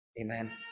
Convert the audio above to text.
amen